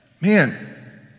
man